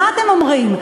מה אתם אומרים,